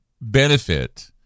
benefit